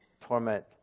torment